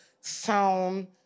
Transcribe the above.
sound